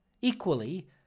Equally